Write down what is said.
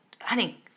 honey